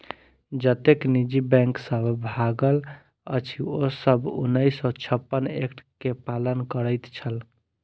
जतेक निजी बैंक सब भागल अछि, ओ सब उन्नैस सौ छप्पन एक्ट के पालन करैत छल